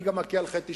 אני גם מכה על חטא,